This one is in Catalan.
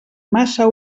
massa